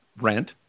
rent